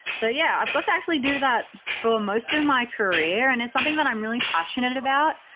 so yeah, i've got to actually do that for most of my career. and it's something that i'm really passionate about.